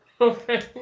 Okay